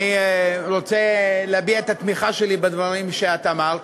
ואני רוצה להביע את התמיכה שלי בדברים שאת אמרת.